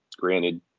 Granted